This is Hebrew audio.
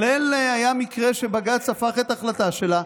והיה מקרה שבג"ץ הפך את ההחלטה שלה,